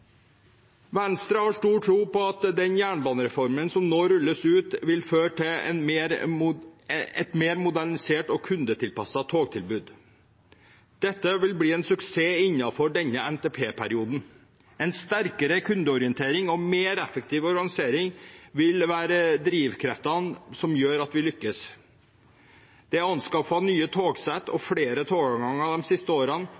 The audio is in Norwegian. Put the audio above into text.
Venstre har stor tro på at den jernbanereformen som nå rulles ut, vil føre til et mer modernisert og kundetilpasset togtilbud. Dette vil bli en suksess innenfor denne NTP-perioden. En sterkere kundeorientering og mer effektiv organisering vil være drivkreftene som gjør at vi lykkes. Det er anskaffet nye togsett og blitt flere togavganger de siste årene,